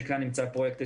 שכאן נמצא פרויקט הישגים.